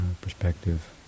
perspective